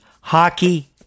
hockey